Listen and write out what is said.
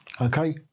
okay